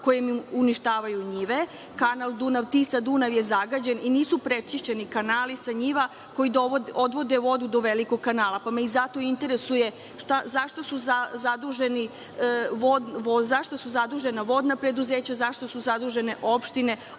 koje im uništavaju njive. Kanal Dunav-Tisa-Dunav je zagađen i nisu prečišćeni kanali sa njiva koji odvode vodu do velikog kanala, pa zato interesuje za šta su zadužena vodna preduzeća, za šta su zadužene opštine,